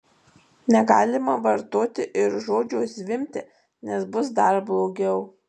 negalima vartoti ir žodžio zvimbti nes bus dar blogiau